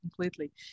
completely